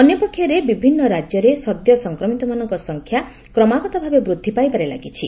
ଅନ୍ୟ ପକ୍ଷରେ ବିଭିନ୍ନ ରାଜ୍ୟରେ ସଦ୍ୟ ସଂକ୍ରମିତମାନଙ୍କ ସଂଖ୍ୟା କ୍ରମାଗତ ଭାବେ ବୃଦ୍ଧି ପାଇବାରେ ଲାଗିଛି